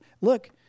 look